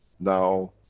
now,